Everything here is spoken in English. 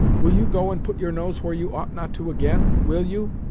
will you go and put your nose where you ought not to again will you,